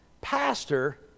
pastor